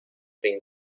been